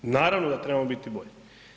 Naravno da trebamo biti bolji.